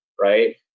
right